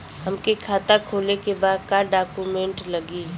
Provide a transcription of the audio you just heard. हमके खाता खोले के बा का डॉक्यूमेंट लगी?